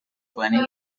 pueden